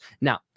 Now